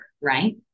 right